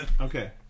Okay